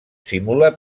simula